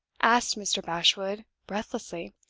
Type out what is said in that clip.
asked mr. bashwood, breathlessly.